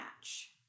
match